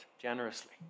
generously